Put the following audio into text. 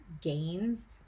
gains